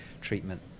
treatment